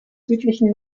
südlichen